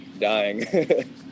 dying